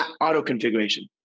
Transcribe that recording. auto-configuration